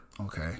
Okay